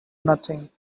nothing